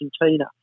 Argentina